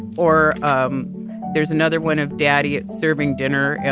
or um there's another one of daddy serving dinner.